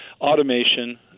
automation